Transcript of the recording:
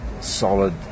solid